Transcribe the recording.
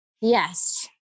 Yes